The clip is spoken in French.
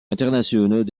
internationaux